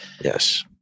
yes